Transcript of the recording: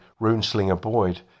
Runeslinger-Boyd